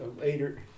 later